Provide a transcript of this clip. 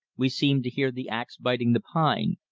we seem to hear the ax biting the pine,